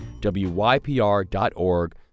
wypr.org